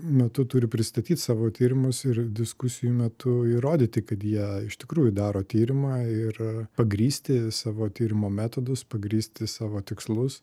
metu turi pristatyti savo tyrimus ir diskusijų metu įrodyti kad jie iš tikrųjų daro tyrimą ir pagrįsti savo tyrimo metodus pagrįsti savo tikslus